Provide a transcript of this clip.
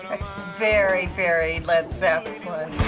it's very, very led zeppelin.